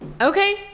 okay